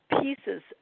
pieces